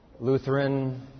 Lutheran